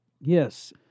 Yes